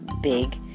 big